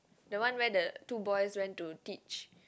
the one where the two boys went to teach